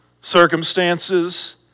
circumstances